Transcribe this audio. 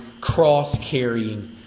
cross-carrying